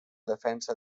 defensa